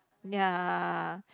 ya